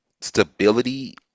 stability